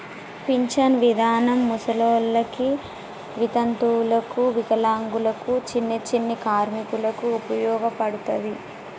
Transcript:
pension విధానం ముసలోళ్ళకి వితంతువులకు వికలాంగులకు చిన్ని చిన్ని కార్మికులకు ఉపయోగపడతది